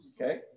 okay